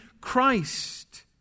Christ